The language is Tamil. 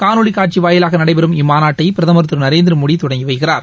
காணொலிகாட்சிவாயிலாகநடைபெறும் இம்மாநாட்டைபிரதமர் திருநரேந்திரமோடிதொடங்கிவைக்கிறார்